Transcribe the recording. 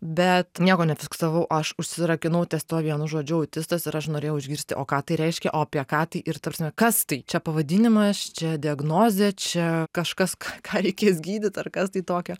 bet nieko nefiksavau aš užsirakinau ties tuo vienu žodžiu autistas ir aš norėjau išgirsti o ką tai reiškia o apie ką tai ir ta prasme kas tai čia pavadinimas čia diagnozė čia kažkas ką reikės gydyt ar kas tai tokio